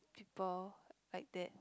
people like that